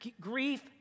grief